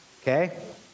Okay